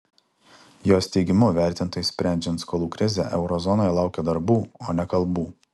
jos teigimu vertintojai sprendžiant skolų krizę euro zonoje laukia darbų o ne kalbų